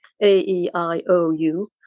A-E-I-O-U